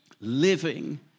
living